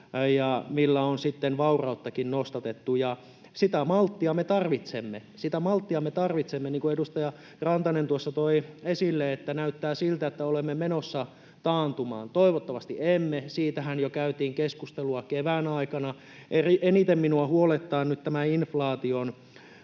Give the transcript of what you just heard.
ja millä on sitten vaurauttakin nostatettu, ja sitä malttia me tarvitsemme — sitä malttia me tarvitsemme, kun, niin kuin edustaja Rantanen toi esille, näyttää siltä, että olemme menossa taantumaan. Toivottavasti emme, siitähän jo käytiin keskustelua kevään aikana. Eniten minua huolettaa nyt tämä inflaation